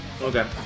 Okay